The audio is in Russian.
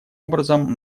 образом